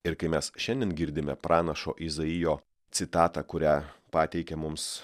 ir kai mes šiandien girdime pranašo izaijo citatą kurią pateikia mums